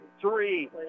three